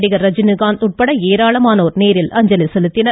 நடிகர் ரஜினிகாந்த் உட்பட ஏராளமானோர் நேரில் அஞ்சலி செலுத்தினர்